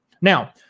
Now